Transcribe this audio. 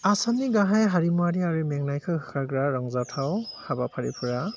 आसामनि गाहाय हारिमुवारि आरो मेंनायखौ होखारग्रा रंजाथाव हाबाफारिफोरा